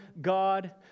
God